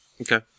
Okay